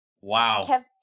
Wow